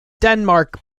denmark